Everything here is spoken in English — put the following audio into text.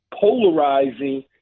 polarizing